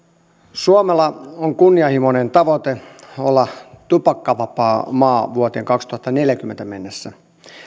suomella on kunnianhimoinen tavoite olla tupakkavapaa maa vuoteen kaksituhattaneljäkymmentä mennessä